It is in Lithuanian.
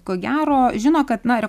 ko gero žino kad na yra